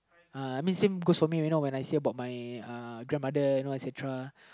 uh I mean same goes for me you know when I say about my uh grandmother you know etcetera